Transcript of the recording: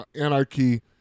anarchy